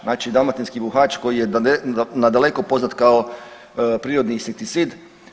Znači dalmatinski buhač koji je na daleko poznat kao prirodni insekticid.